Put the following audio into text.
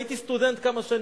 והייתי סטודנט כמה שנים,